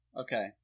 Okay